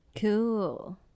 Cool